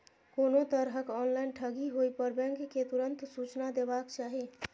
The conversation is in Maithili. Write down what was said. कोनो तरहक ऑनलाइन ठगी होय पर बैंक कें तुरंत सूचना देबाक चाही